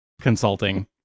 consulting